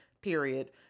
period